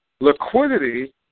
Liquidity